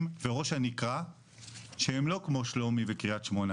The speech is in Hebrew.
וראש הנקרה שהם לא כמו שלומי וקריית שמונה.